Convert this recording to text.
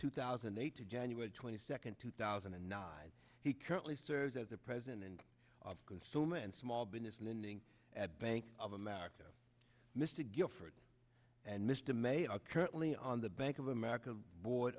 two thousand and eight to january twenty second two thousand and nine he currently serves as the president of consumer and small business lending at bank of america mr gifford and missed a may are currently on the bank of america board